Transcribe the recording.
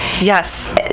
Yes